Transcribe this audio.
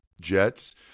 Jets